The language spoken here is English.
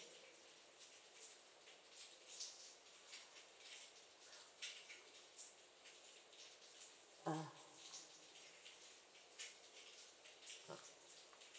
uh